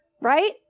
right